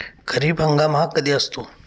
खरीप हंगाम हा कधी असतो?